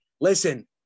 Listen